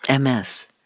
MS